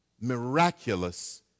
miraculous